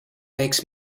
makes